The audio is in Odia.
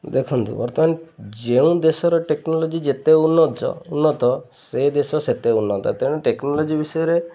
ଦେଖନ୍ତୁ ବର୍ତ୍ତମାନ ଯେଉଁ ଦେଶର ଟେକ୍ନୋଲୋଜି ଯେତେ ଉନ୍ନତ ଉନ୍ନତ ସେ ଦେଶ ସେତେ ଉନ୍ନତ ତେଣୁ ଟେକ୍ନୋଲୋଜି ବିଷୟରେ